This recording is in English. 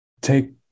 take